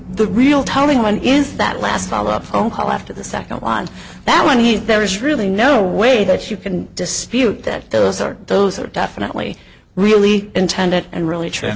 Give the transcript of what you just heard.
the real telling one is that last follow up phone call after the second on that one he there is really no way that you can dispute that those are those are definitely really intended and really true